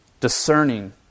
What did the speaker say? discerning